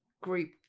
group